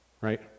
Right